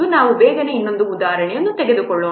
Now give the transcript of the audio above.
ನಾವು ಬೇಗನೆ ಇನ್ನೊಂದು ಉದಾಹರಣೆಯನ್ನು ತೆಗೆದುಕೊಳ್ಳೋಣ